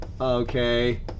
okay